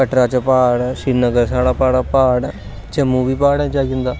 कटरा च प्हाड़ श्रीनगर च प्हाड़ जम्मू बी प्हाड़ें च आई जंदा